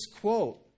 quote